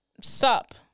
sup